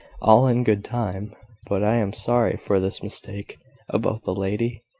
all in good time but i am sorry for this mistake about the lady.